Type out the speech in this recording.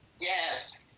Yes